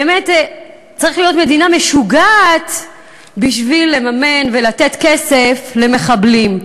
באמת צריך להיות מדינה משוגעת בשביל לממן ולתת כסף למחבלים.